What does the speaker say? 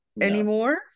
anymore